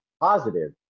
positive